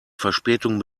verspätung